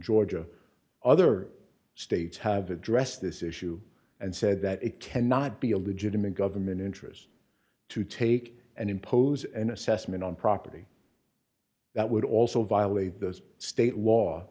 georgia other states have addressed this issue and said that it cannot be a legitimate government interest to take and impose an assessment on property that would also violate those state law